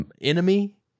enemy